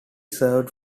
served